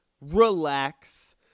relax